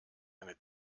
eine